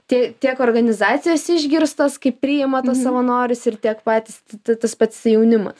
tie tiek organizacijos išgirstos kaip priima tuos savanorius ir tiek patys tas pats jaunimas